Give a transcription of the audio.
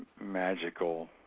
magical